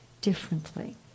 differently